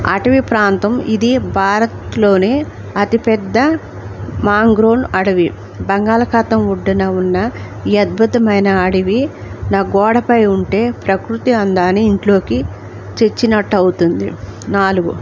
అటవి ప్రాంతం ఇది భారత్లోనే అతిపెద్ద మాన్గ్రోవ్ అడవి బంగాళఖాతం ఒడ్డున ఉన్న ఈ అద్భుతమైన అడవి నా గోడపై ఉంటే ప్రకృతి అందాన్ని ఇంట్లోకి తెచ్చినట్టు అవుతుంది నాలుగు